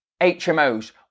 HMOs